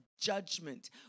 judgment